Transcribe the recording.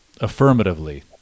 affirmatively